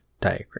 diagram